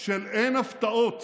של "אין הפתעות"